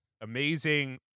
amazing